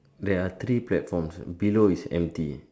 there are three platform below is empty